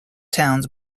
towns